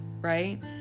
right